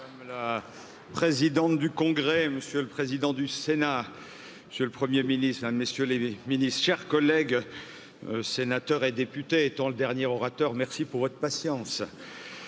nationale la présidente du congrès monsieur le président du sénat monsieur le premier ministre messieurs les ministres chers collègues sénateurs et députés étant le dernier orateur, merci pour votre patience.